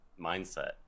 mindset